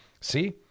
See